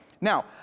Now